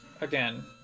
again